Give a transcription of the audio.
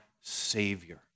Savior